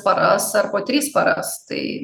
paras ar po tris paras tai